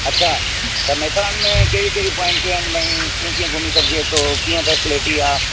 अछा त मेथारान में कहिड़ियूं कहिड़ियूं पोइंटूं आहिनि भई कीअं कीअं घुमी सघिजे थो कीअं फै़सेलिटी आहे